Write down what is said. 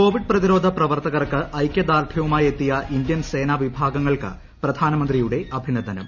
Covid പ്രതിരോധ പ്രവർത്തകർക്ക് ഐകൃദാർഢൃവുമാറ്റെത്തിയ ഇന്ത്യൻ സേനാ വിഭാഗങ്ങൾക്ക് പ്രധ്യാനമന്ത്രിയുടെ അഭിനന്ദനം